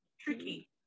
tricky